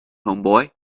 homeboy